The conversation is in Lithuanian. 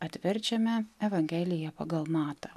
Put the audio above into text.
atverčiame evangeliją pagal matą